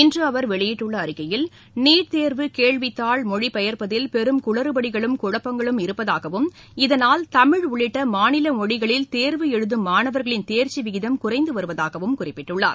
இன்று அவர் வெளியிட்டுள்ள அறிக்கையில் நீட் தேர்வு கேள்வி தாள் மொழிப் பெயர்பதில் பெரும் குளறுபடிகளும் குழப்பங்களும் இருப்பதாகவும் இதனால் தமிழ் உள்ளிட்ட மாநில மொழிகளில் தேர்வு எழுதும் மாணவர்களின் தேர்ச்சி விகிதம் குறைந்து வருவதாகவும் குறிப்பிட்டுள்ளார்